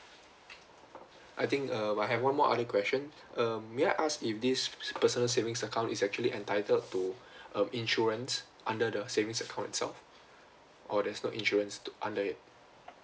I think um I have one more other question um may I ask if this personal savings account is actually entitled to um insurance under the savings account itself or there's no insurance under it